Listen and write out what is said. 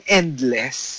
endless